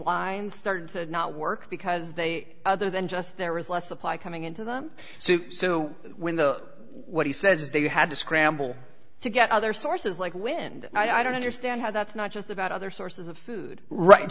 wind started to not work because they other than just there was less supply coming into them so so when the what he says that you had to scramble to get other sources like wind i don't understand how that's not just about other sources of food right